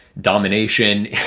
domination